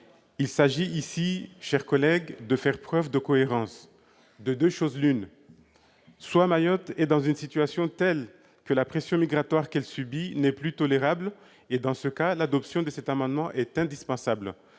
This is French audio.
Il s'agit de faire preuve de cohérence : soit Mayotte est dans une situation telle que la pression migratoire qu'elle subit n'est plus tolérable, et dans ce cas l'adoption de cet amendement est indispensable